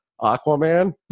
Aquaman